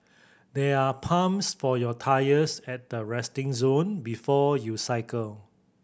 there are pumps for your tyres at the resting zone before you cycle